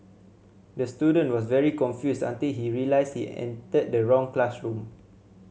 the student was very confused until he realised he entered the wrong classroom